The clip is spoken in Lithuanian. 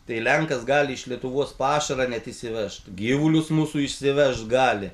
tai lenkas gali iš lietuvos pašarą net įsivežt gyvulius mūsų įsivežt gali